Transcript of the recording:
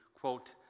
quote